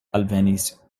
alvenis